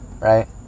right